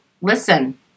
listen